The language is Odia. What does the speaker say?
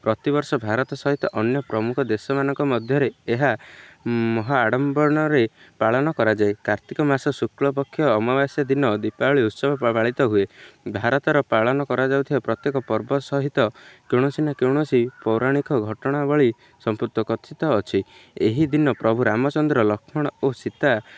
ପ୍ରତିବର୍ଷ ଭାରତ ସହିତ ଅନ୍ୟ ପ୍ରମୁଖ ଦେଶମାନଙ୍କ ମଧ୍ୟରେ ଏହା ମହା ଆଡ଼ମ୍ବରରେ ପାଳନ କରାଯାଏ କାର୍ତ୍ତିକ ମାସ ଶୁକ୍ଳପକ୍ଷ ଅମବାସ୍ୟା ଦିନ ଦୀପାବଳି ଉତ୍ସବ ପାଳିତ ହୁଏ ଭାରତର ପାଳନ କରାଯାଉଥିବା ପ୍ରତ୍ୟେକ ପର୍ବ ସହିତ କୌଣସି ନା କୌଣସି ପୌରାଣିକ ଘଟଣାବଳୀ ସମ୍ପୃକ୍ତ କଥିତ ଅଛି ଏହି ଦିନ ପ୍ରଭୁ ରାମଚନ୍ଦ୍ର ଲକ୍ଷ୍ମଣ ଓ ସୀତା